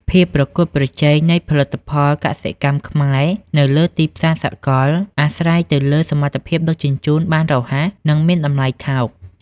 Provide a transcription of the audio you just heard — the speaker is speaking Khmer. ភាពប្រកួតប្រជែងនៃផលិតផលកសិកម្មខ្មែរនៅលើទីផ្សារសកល អាស្រ័យទៅលើសមត្ថភាពដឹកជញ្ជូនបានរហ័ស និងមានតម្លៃថោក។